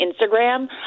Instagram